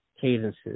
cadences